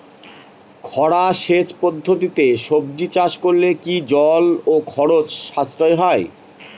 খরা সেচ পদ্ধতিতে সবজি চাষ করলে কি জল ও খরচ সাশ্রয় হয়?